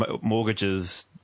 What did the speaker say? mortgages